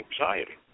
anxiety